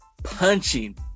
punching